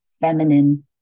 feminine